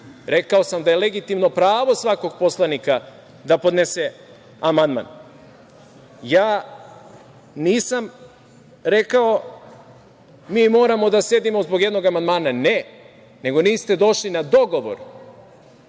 rekao sam da je legitimno pravo svakog poslanika da podnese amandman. Nisam rekao - mi moramo da sedimo zbog jednog amandmana, ne, nego niste došli na dogovor,